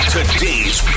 Today's